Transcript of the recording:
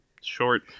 short